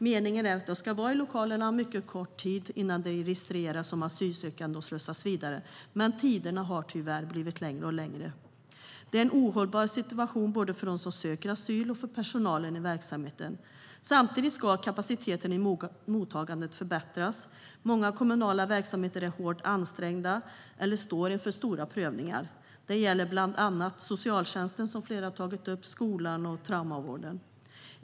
Meningen är att de ska vara i lokalerna under mycket kort tid, innan de registreras som asylsökande och slussas vidare, men tiderna har tyvärr blivit längre och längre. Det är en ohållbar situation både för dem som söker asyl och för personalen i verksamheten. Samtidigt ska kapaciteten i mottagandet förbättras. Många kommunala verksamheter är hårt ansträngda eller står inför stora prövningar. Det gäller bland annat socialtjänsten, skolan och traumavården.